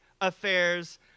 affairs